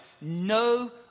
no